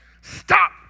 Stop